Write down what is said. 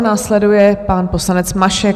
Následuje pan poslanec Mašek.